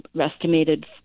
estimated